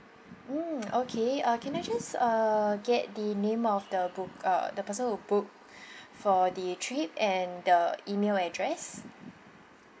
mm okay uh can I just uh get the name of the book uh the person who booked for the trip and the email address